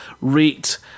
rate